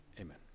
Amen